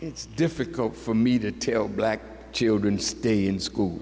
it's difficult for me to tell black children stay in school